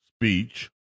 speech